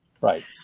right